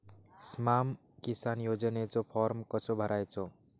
स्माम किसान योजनेचो फॉर्म कसो भरायचो?